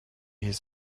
his